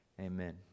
Amen